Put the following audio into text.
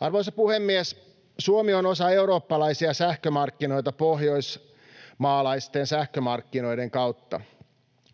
Arvoisa puhemies! Suomi on osa eurooppalaisia sähkömarkkinoita pohjoismaalaisten sähkömarkkinoiden kautta.